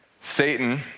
Satan